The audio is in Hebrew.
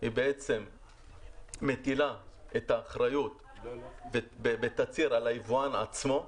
בעצם מטילה את האחריות בתצהיר על היבואן עצמו,